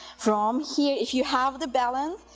from here if you have the balance,